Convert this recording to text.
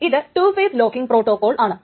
അതാണ് T യുടെ time stamp